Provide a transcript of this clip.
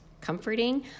comforting